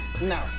no